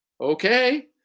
okay